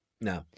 No